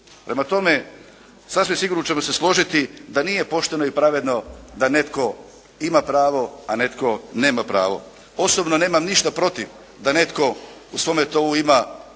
Prema tome, sasvim sigurno ćemo se složiti da nije pošteno i pravedno da netko ima pravo, a netko nema pravo. Osobno nemam ništa protiv da netko u svome tovu ima